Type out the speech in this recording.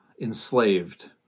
enslaved